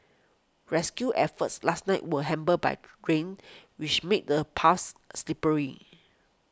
rescue efforts last night were hampered by green which made the paths slippery